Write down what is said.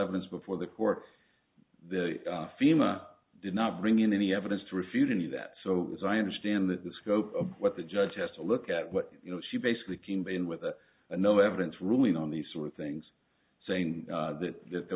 evidence before the court the fema did not bring in any evidence to refute any of that so as i understand that the scope of what the judge has to look at what you know she basically came in with the no evidence ruling on these sort of things saying that that